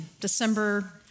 December